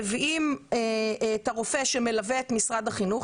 מביאים את הרופא שמלווה את משרד החינוך,